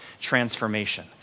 transformation